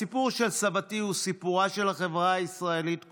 הסיפור של סבתי הוא סיפורה של החברה הישראלית כולה,